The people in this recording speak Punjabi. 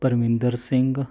ਪਰਮਿੰਦਰ ਸਿੰਘ